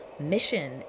mission